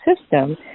System